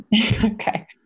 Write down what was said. Okay